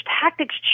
tactics